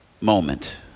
moment